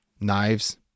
knives